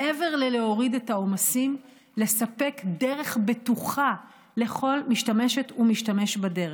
מעבר להורדת העומסים: לספק דרך בטוחה לכל משתמשת ומשתמש בדרך.